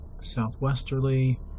southwesterly